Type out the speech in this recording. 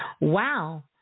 Wow